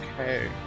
Okay